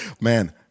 Man